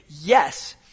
yes